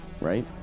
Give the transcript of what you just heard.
right